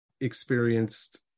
experienced